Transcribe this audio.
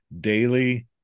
daily